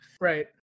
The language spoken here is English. right